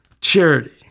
charity